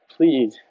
please